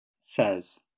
says